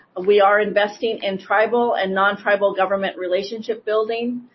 we are investing in tribal and non-tribal government relationship building,